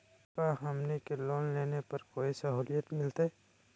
का हमनी के लोन लेने पर कोई साहुलियत मिलतइ?